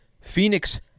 phoenix